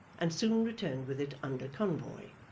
and soon returned with it under convoy.